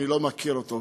אני לא מכיר אותו,